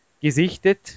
gesichtet